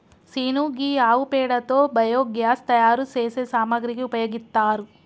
scene గీ ఆవు పేడతో బయోగ్యాస్ తయారు సేసే సామాగ్రికి ఉపయోగిత్తారు